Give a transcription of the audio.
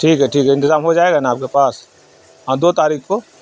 ٹھیک ہے ٹھیک ہے انتظام ہو جائے گا نا آپ کے پاس ہاں دو تاریخ کو